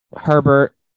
Herbert